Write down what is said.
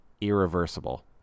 irreversible